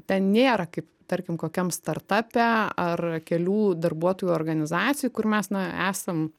ten nėra kaip tarkim kokiam startape ar kelių darbuotojų organizacijų kur mes esam